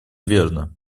верно